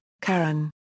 Karen